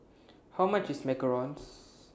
How much IS Macarons